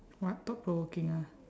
what thought provoking ah